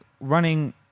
running